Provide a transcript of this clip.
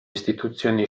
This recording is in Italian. istituzioni